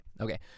okay